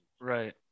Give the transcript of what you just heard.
Right